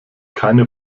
keine